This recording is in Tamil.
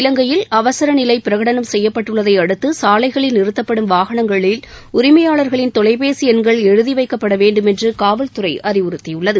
இலங்கையில் அவசரநிலை பிரகடனம் செய்யப்பட்டுள்ளதை அடுத்து சாலைகளில் நிறுத்தப்படும் வாகனங்களில் உரிமையாளர்களின் தொலைபேசி எண்கள் எழுதி வைக்கப்பட வேண்டுமென்று காவல்துறை அறிவுறத்தியுள்ளது